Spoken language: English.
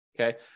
Okay